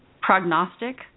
prognostic